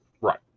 right